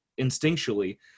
instinctually